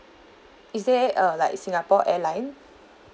is there uh like singapore airline